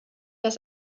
dass